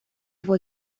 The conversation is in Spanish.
fue